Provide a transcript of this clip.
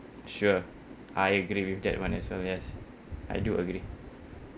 sure I agree with that [one] as well yes I do agree